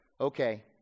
okay